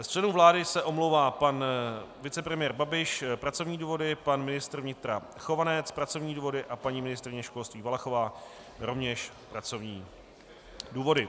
Z členů vlády se omlouvá pan vicepremiér Babiš pracovní důvody, pan ministr vnitra Chovanec pracovní důvody a paní ministryně školství Valachová, rovněž pracovní důvody.